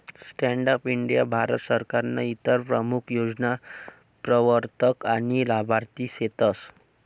stand up India Bharat सरकारनं इतर प्रमूख योजना प्रवरतक आनी लाभार्थी सेतस